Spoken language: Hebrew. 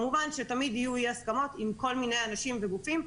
כמובן שתמיד יהיו אי הסכמות עם כל מיני אנשים וגופים.